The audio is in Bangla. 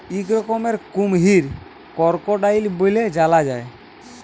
ইক রকমের কুমহির করকোডাইল ব্যলে জালা যায়